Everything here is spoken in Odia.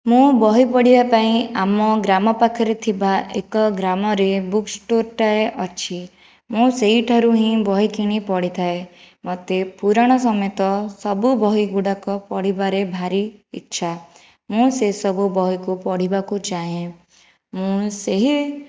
ମୁଁ ବହି ପଢ଼ିବା ପାଇଁ ଆମ ଗ୍ରାମ ପାଖରେ ଥିବା ଏକ ଗ୍ରାମରେ ବୁକ୍ ଷ୍ଟୋରଟାଏ ଅଛି ମୁଁ ସେଇଠାରୁ ହିଁ ବହି କିଣି ପଢ଼ିଥାଏ ମୋତେ ପୁରାଣ ସମେତ ସବୁ ବହି ଗୁଡ଼ାକ ପଢ଼ିବାରେ ଭାରି ଇଛା ମୁଁ ସେସବୁ ବହିକୁ ପଢ଼ିବାକୁ ଚାହେଁ ମୁଁ ସେହି